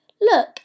look